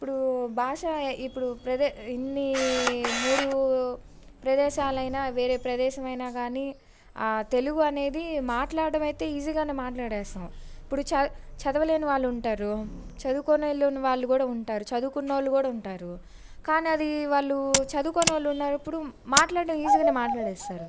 ఇప్పుడు బాష ఇప్పుడు ప్రదే ఇన్నీ మూడు ప్రదేశాలైనా వేరే ప్రదేశమైనా కానీ ఆ తెలుగు అనేది మాట్లాడ్డం అయితే ఈజీగానే మాట్లాడేస్తాము ఇప్పుడు చద చదవలేనివాళ్ళు ఉంటారు చదువుకొనోలేని వాళ్ళు కూడా ఉంటారు చదువుకునొళ్ళు కూడా ఉంటారు కానీ అది వాళ్ళు చదువుకోని వాళ్ళు ఉన్నప్పుడు మాట్లాడ్డం ఈజీగానే మాట్లాడేస్తారు